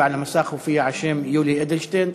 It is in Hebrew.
הצבעתי פעמיים ועל המסך הופיע השם יולי אדלשטיין,